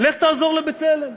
לך תעזור ל"בצלם",